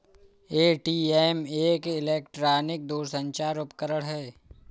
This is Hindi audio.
ए.टी.एम एक इलेक्ट्रॉनिक दूरसंचार उपकरण है